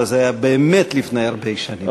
וזה היה באמת לפני הרבה שנים.